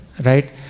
right